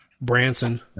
Branson